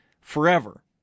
forever